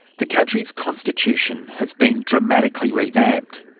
the country's constitution has been dramatically revamped.